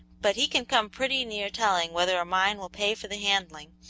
but he can come pretty near telling whether a mine will pay for the handling,